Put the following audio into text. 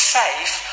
safe